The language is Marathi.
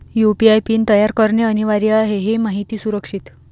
यू.पी.आय पिन तयार करणे अनिवार्य आहे हे माहिती सुरक्षित